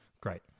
great